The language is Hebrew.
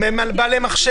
זה לא רק המפלגות,